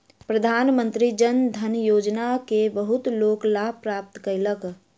प्रधानमंत्री जन धन योजना के बहुत लोक लाभ प्राप्त कयलक